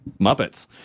Muppets